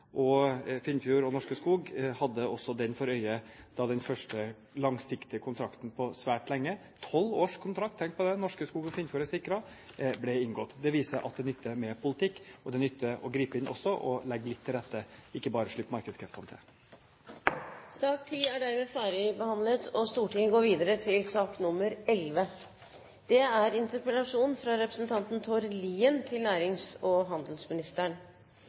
Statkraft, Finnfjord og Norske Skog også hadde den for øye da den første langsiktige kontrakten på svært lenge – en tolv års kontrakt, tenk på det, som sikret Norske Skog og Finnfjord – ble inngått. Det viser at det nytter med politikk, at det nytter å gripe inn og legge litt til rette og ikke bare slippe næringskreftene til. Sak nr. 10 er dermed ferdigbehandlet. La meg begynne med å si at jeg mener at interpellasjoner som sådan kan være en god debattarena for dialog mellom regjering og storting, og